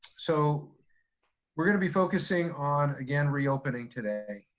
so we're gonna be focusing on again, reopening today.